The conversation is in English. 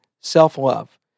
self-love